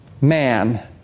man